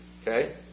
Okay